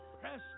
press